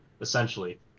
essentially